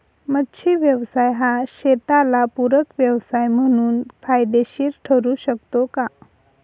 मच्छी व्यवसाय हा शेताला पूरक व्यवसाय म्हणून फायदेशीर ठरु शकतो का?